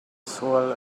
sual